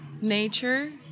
nature